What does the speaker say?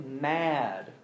mad